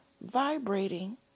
vibrating